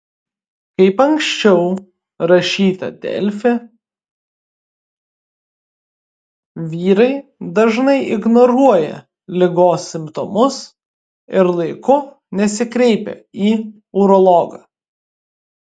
kaip anksčiau rašyta delfi vyrai dažnai ignoruoja ligos simptomus ir laiku nesikreipia į urologą